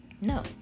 No